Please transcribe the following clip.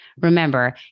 Remember